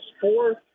fourth